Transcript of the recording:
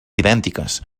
idèntiques